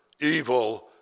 evil